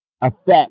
affect